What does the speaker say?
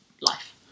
life